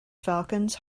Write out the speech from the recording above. falcons